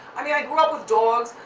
i mean, i grew up with dogs,